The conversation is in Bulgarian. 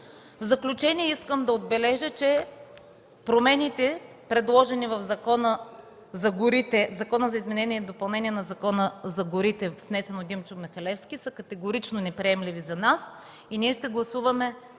В заключение искам да отбележа, че промените, предложени в Закона за изменение и допълнение на Закона за горите, внесен от Димчо Михалевски, са категорично неприемливи за нас и ние – от